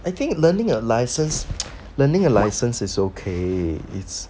I think learning a license learning a license is okay it's